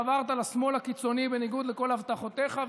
חברת לשמאל הקיצוני בניגוד לכל הבטחותיך,